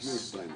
שאתה עושה כאן.